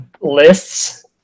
lists